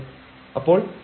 അപ്പോൾ f00 പൂജ്യമാണ്